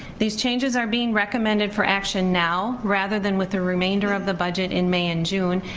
these changes are being recommended for action now, rather than with the remainder of the budget in may and june,